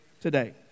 today